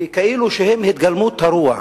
כאילו הם התגלמות הרוע.